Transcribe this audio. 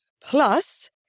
Plus